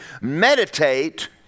meditate